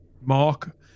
mark